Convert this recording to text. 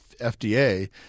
FDA